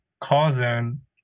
cousin